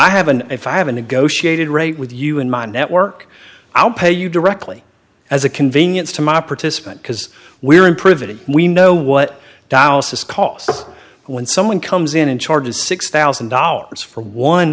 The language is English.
i have an if i have a negotiated rate with you in my network i'll pay you directly as a convenience to my participant because we are improving we know what dallas has cost us when someone comes in and charges six thousand dollars for one